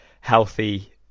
healthy